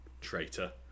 traitor